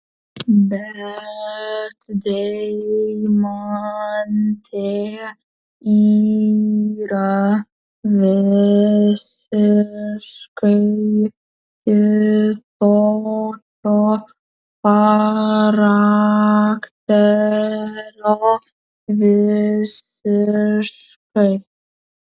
bet deimantė yra visiškai kitokio charakterio visiškai